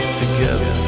together